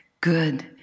good